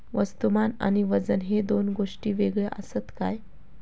वस्तुमान आणि वजन हे दोन गोष्टी वेगळे आसत काय?